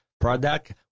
product